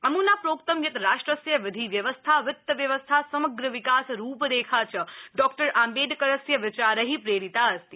अम्ना प्रोक्तं यत राष्ट्रस्य विधि व्यवस्था वित्त व्यवस्था समग्रविकासरूपरेखा च डॉक्टर आम्बेडकरस्य विचारै प्रेरिता अस्ति